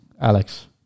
Alex